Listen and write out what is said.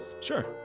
sure